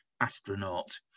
astronaut